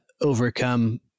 overcome